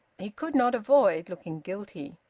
he could not avoid looking guilty.